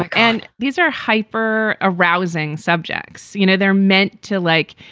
and these are hyper arousing subjects. you know, they're meant to, like,